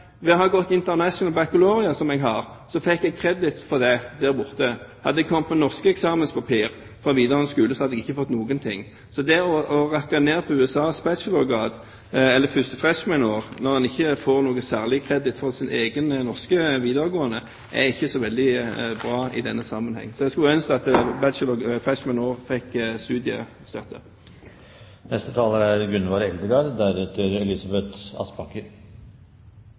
å ha gått International Baccalaureate, som jeg har, fikk jeg kredit for der borte. Hadde jeg kommet med norske eksamenspapirer fra videregående skole, hadde jeg ikke fått noe. Så det å rakke ned på USAs bachelorgrad eller «freshman year» når en ikke får noe særlig kredit for sin egen norske videregående, er ikke så veldig bra i denne sammenheng. Jeg skulle ønske freshman også innebar studiestøtte. At Framstegspartiet er imot likestilling, er